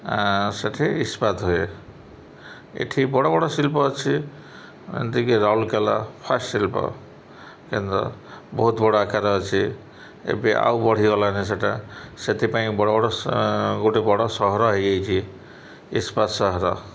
ସେଠି ଇସ୍ପାତ ହୁଏ ଏଠି ବଡ଼ ବଡ଼ ଶିଳ୍ପ ଅଛି ଯେମିତିକି ରାଉଲକେଲା ଫାଷ୍ଟ ଶିଳ୍ପ କେନ୍ଦ୍ର ବହୁତ ବଡ଼ ଆକାର ଅଛି ଏବେ ଆଉ ବଢ଼ିଗଲାଣି ସେଇଟା ସେଥିପାଇଁ ବଡ଼ ବଡ଼ ଗୋଟେ ବଡ଼ ସହର ହେଇଯାଇଛି ଇସ୍ପାତ ସହର